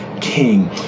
king